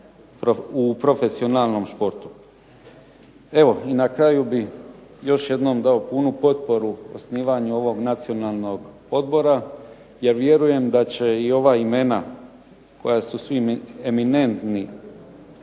u profesionalnom športu. Evo i na kraju bih još jednom dao punu potporu osnivanju ovog Nacionalnog odbora. Ja vjerujem da će i ova imena koja su svi eminentni